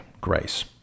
grace